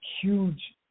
huge